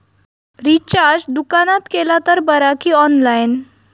Recharge दुकानात केला तर बरा की ऑनलाइन?